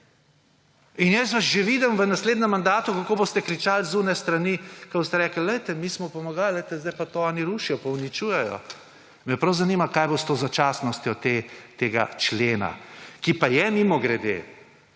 In jaz vas že vidim v naslednjem mandatu, kako boste kričali s tiste strani, ko boste rekli, glejte, mi smo pomagali, glejte, zdaj pa to oni rušijo in uničujejo. Me prav zanima, kaj bo s to začasnostjo tega člena. Ki pa je, mimogrede,